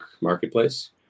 Marketplace